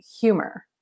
humor